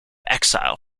exile